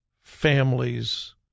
families